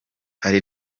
hari